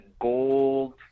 gold